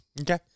okay